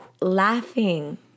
laughing